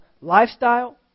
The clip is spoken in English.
lifestyle